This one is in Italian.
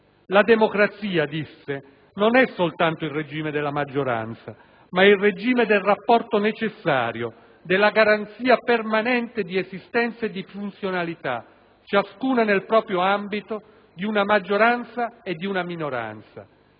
«La democrazia non è soltanto il regime della maggioranza, ma è il regime del rapporto necessario, della garanzia permanente di esistenza e di funzionalità, ciascuna nel proprio ambito, di una maggioranza e di una minoranza.